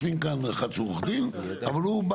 יש אחד שהוא עו"ד אבל הוא מה שנקרא,